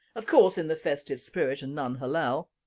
of course in the festive spirit and non halal